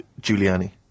Giuliani